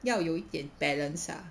要有一点 balance ah